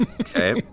Okay